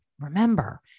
Remember